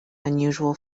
unusual